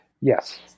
Yes